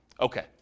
Okay